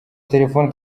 telefone